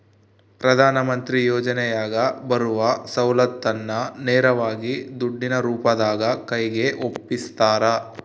ಪ್ರಧಾನ ಮಂತ್ರಿ ಯೋಜನೆಯಾಗ ಬರುವ ಸೌಲತ್ತನ್ನ ನೇರವಾಗಿ ದುಡ್ಡಿನ ರೂಪದಾಗ ಕೈಗೆ ಒಪ್ಪಿಸ್ತಾರ?